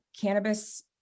cannabis